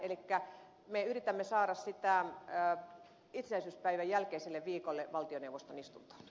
elikkä me yritämme saada sitä itsenäisyyspäivän jälkeiselle viikolle valtioneuvoston istuntoon